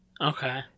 Okay